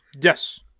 Yes